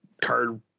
card